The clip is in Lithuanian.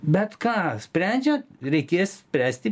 bet ką sprendžia reikės spręsti